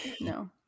no